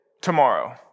tomorrow